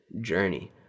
journey